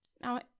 Now